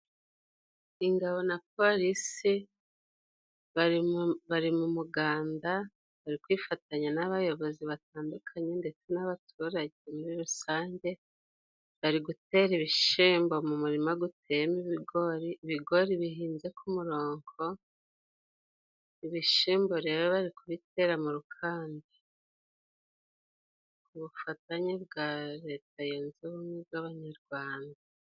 Ingabo na polisi bari mu muganda, bari kwifatanya n'abayobozi batandukanye ndetse n'abaturage muri rusange, bari gutera ibishimbo mu murima guteyemo ibigori, ibigori bihinze ku murongo, ibishimbo rero bari kubitera mu rukambi. Ku bufatanye bwa leta yunze ubumwe z'abanyarwanda.